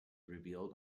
revealed